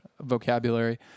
vocabulary